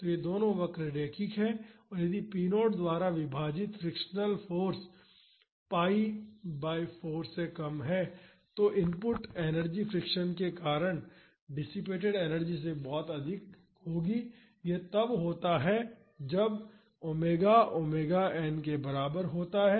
तो ये दोनों वक्र रैखिक हैं और यदि p 0 द्वारा विभाजित फ्रिक्शनल फाॅर्स pi बाई 4 से कम है तो इनपुट एनर्जी फ्रिक्शन के कारण डिसिपेटड एनर्जी से अधिक होगी यह तब होता है जब ओमेगा ओमेगा n के बराबर होता है